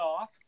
off